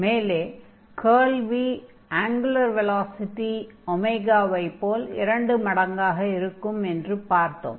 மேலே curl v angular velocity ஐ போல் இரண்டு மடங்காக இருக்கும் என்று பார்த்தோம்